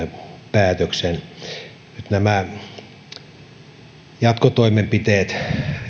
päätöksen nyt jatkotoimenpiteet